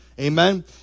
Amen